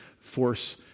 force